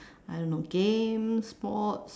I don't know games sports